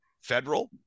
federal